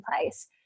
place